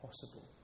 possible